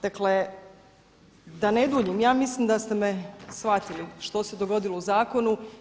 Dakle, da ne duljim ja mislim da ste me shvatili što se dogodilo u zakonu.